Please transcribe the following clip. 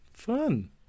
fun